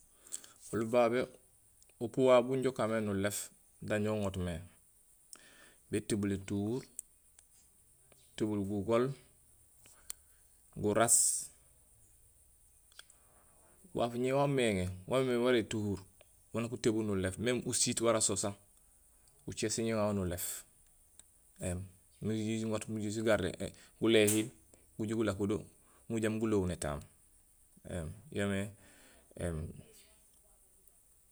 Oli babé upuu wawu buja ukanmé nuléf danja uŋoot mé, bétébuul étuhuur, nutébuul gugool, garaas, waaf ŋé waméŋé, wamémééŋ wara étuhuur wo naak utébul nulééf, méém usiit wara so sa ucéé sénja uŋawo nulééf éém miin jiju jiŋoot jiju jigaardé guléhiil guju gulakodo jambi golohuul étaam éém yoomé éém